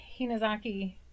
Hinazaki